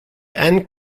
and